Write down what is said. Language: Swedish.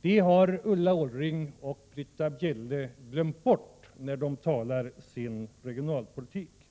Det glömmer Ulla Orring och Britta Bjelle bort, när de utvecklar sin regionalpolitik.